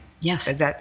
Yes